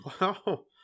Wow